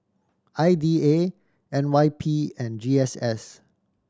I D A N Y P and G S S